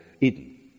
Eden